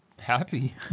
happy